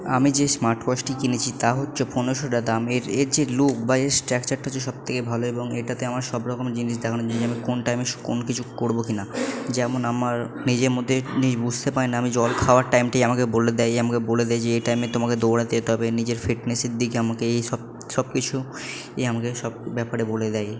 আমি যে স্মার্ট ওয়াচটি কিনেছি তা হচ্ছে পনেরোশো দাম এর এর যে লুক বা এর স্ট্রাকচারটা হচ্ছে সবথেকে ভালো এবং এটাতে আমার সব রকমের জিনিস দেখা কোন টাইমে কোন কিছু করবো কি না যেমন আমার নিজের মধ্যে নি বুঝতে পাই না আমি জল খাওয়ার টাইমটি আমাকে বলে দেয় আমাকে বলে দেয় যে এই টাইমে তোমাকে দৌড়াতে যেতে হবে নিজের ফিটনেসের দিকে আমাকে এই সব সবকিছু এ আমাকে সব ব্যাপারে বলে দেয়